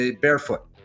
barefoot